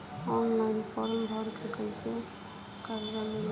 Online form भर के कैसे कर्जा मिली?